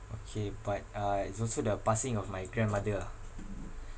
okay but uh it's also the passing of my grandmother ah